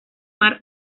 mar